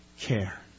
care